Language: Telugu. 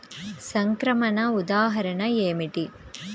సంక్రమణ ఉదాహరణ ఏమిటి?